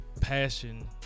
passion